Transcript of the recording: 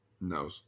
No